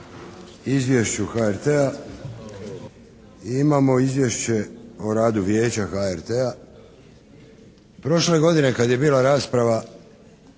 Izvješću HRT-a i imamo Izvješće o radu Vijeća HRT-a. prošle godine kada je bila rasprava